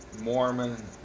Mormon